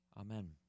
Amen